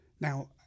Now